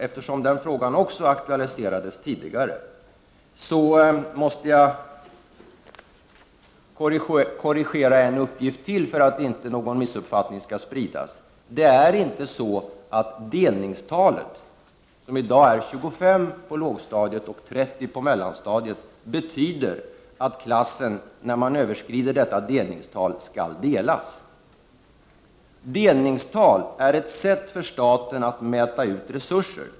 Eftersom den frågan också har aktualiserats tidigare måste jag korrigera en uppgift till för att någon missuppfattning inte skall spridas. Det är nämligen inte så, att delningstalet — som i dag är 25 på lågstadiet och 30 på mellanstadiet — betyder att klassen skall delas när detta delningstal överskrids. Att ha delningstal är ett sätt för staten att mäta ut resurser.